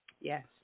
Yes